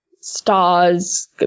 stars